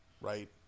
right